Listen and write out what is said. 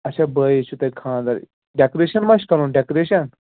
اَچھا بٲیِس چھُ تۄہہِ خانٛدَر ڈیکوریٚشَن ما چھُ کَرُن ڈیکوریٚشَن